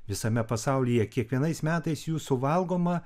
visame pasaulyje kiekvienais metais jų suvalgoma